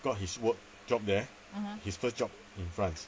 got his work job there his first job in france